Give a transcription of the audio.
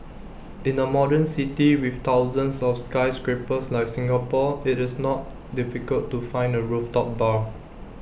in A modern city with thousands of skyscrapers like Singapore IT is not difficult to find A rooftop bar